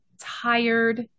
Tired